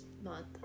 month